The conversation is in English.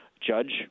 judge